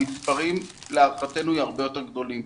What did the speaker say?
המספרים להערכתנו הם הרבה יותר גדולים.